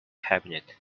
cabinet